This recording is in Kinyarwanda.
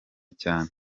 cyane